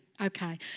Okay